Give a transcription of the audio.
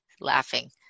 laughing